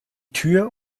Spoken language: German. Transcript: tür